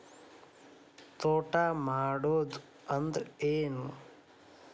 ತೋಟ ಮಾಡುದು ಅಂದ್ರ ಏನ್?